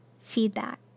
feedback